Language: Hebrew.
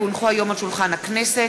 כי הונחו היום על שולחן הכנסת,